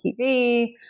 TV